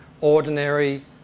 ordinary